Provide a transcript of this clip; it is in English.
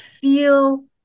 feel